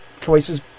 choices